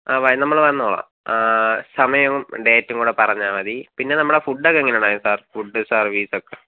ആ വൈ നമ്മൾ വന്നോളാം സമയവും ഡേറ്റും കൂടെ പറഞ്ഞാൽ മതി പിന്നെ നമ്മുടെ ഫുഡ് ഒക്കെ എങ്ങനെ ഉണ്ടായിരുന്നു സാർ ഫുഡ് സർവിസ് ഒക്കെ